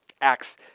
Acts